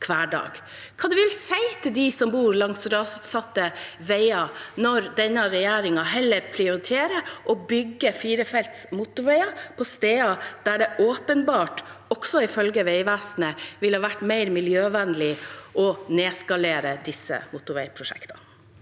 Hva vil statsråden si til dem som bor langs rasutsatte veier, når denne regjeringen heller prioriterer å bygge firefelts motorveier på steder der det åpenbart, også ifølge Vegvesenet, ville vært mer miljøvennlig å nedskalere disse motorveiprosjektene?